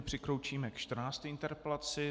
Přikročíme ke 14. interpelaci.